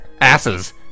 Asses